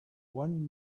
one